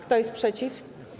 Kto jest przeciw?